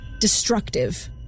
destructive